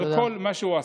על כל מה שהוא עשה.